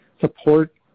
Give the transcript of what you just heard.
support